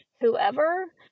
whoever